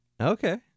Okay